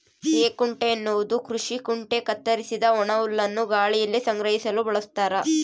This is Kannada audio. ಹೇಕುಂಟೆ ಎನ್ನುವುದು ಕೃಷಿ ಕುಂಟೆ ಕತ್ತರಿಸಿದ ಒಣಹುಲ್ಲನ್ನು ಗಾಳಿಯಲ್ಲಿ ಸಂಗ್ರಹಿಸಲು ಬಳಸ್ತಾರ